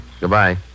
Goodbye